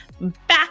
back